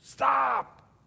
Stop